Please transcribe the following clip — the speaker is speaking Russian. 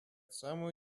самую